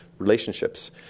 relationships